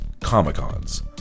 Comic-Cons